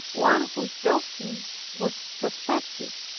one whose doctrine was suspected.